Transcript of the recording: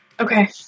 Okay